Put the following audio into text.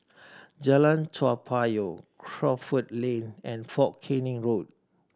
Jalan Toa Payoh Crawford Lane and Fort Canning Road